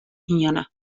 hiene